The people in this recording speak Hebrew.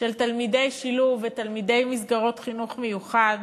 של תלמידי שילוב ותלמידי מסגרות חינוך מיוחד,